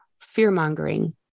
fear-mongering